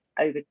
over